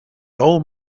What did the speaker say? old